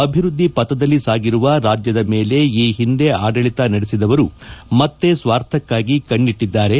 ಅಭಿವೃದ್ದಿ ಪಥದಲ್ಲಿ ಸಾಗಿರುವ ರಾಜ್ಯದ ಮೇಲೆ ಈ ಹಿಂದೆ ಆಡಳಿತ ನಡೆಸಿದವರು ಮತ್ತೆ ಸ್ನಾರ್ಥಕ್ಕಾಗಿ ಕಣ್ಣೆಟ್ಟದ್ದಾರೆ